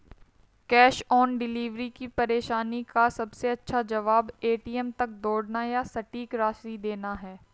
cash on delivery की परेशानी का सबसे अच्छा जवाब, ए.टी.एम तक दौड़ना या सटीक राशि देना है